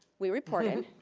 we reported,